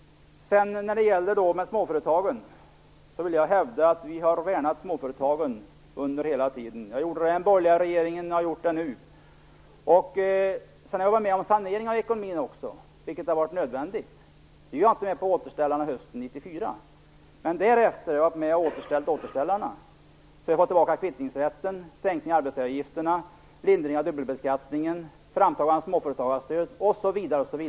När det gäller småföretagen vill jag hävda att vi har värnat dem hela tiden. Jag gjorde det under den borgerliga regeringen och jag har gjort det nu. Dessutom har jag varit med om saneringen av ekonomin, och den har varit nödvändig. Vi var inte med på återställarna hösten 1994. Men därefter har vi varit med och återställt återställarna. Vi har fått tillbaka kvittningsrätten, sänkning av arbetsgivaravgifterna, lindring av dubbelbeskattningen, framtagande av småföretagarstöd, osv.